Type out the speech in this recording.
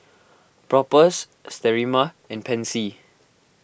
Propass Sterimar and Pansy